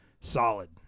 solid